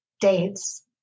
dates